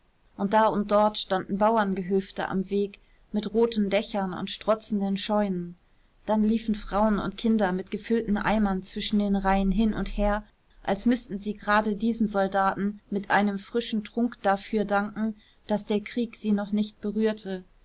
und da und dort standen bauerngehöfte am wege mit roten dächern und strotzenden scheunen dann liefen frauen und kinder mit gefüllten eimern zwischen den reihen hin und her als müßten sie gerade diesen soldaten mit einem frischen trunk dafür danken daß der krieg sie noch nicht berührte